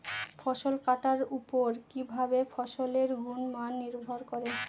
ফসল কাটার উপর কিভাবে ফসলের গুণমান নির্ভর করে?